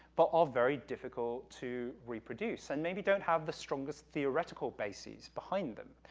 but are very difficult to reproduce and maybe don't have the strongest theoretical bases behind them.